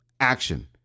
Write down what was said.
Action